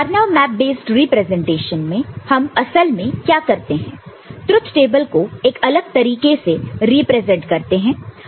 Karnaugh map based representation में हम असल में क्या करते हैं ट्रुथ टेबल को एक अलग तरीके से प्रेजेंट करते हैं